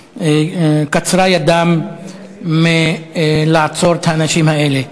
קצרה ידם מלעצור את האנשים האלה.